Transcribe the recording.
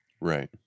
right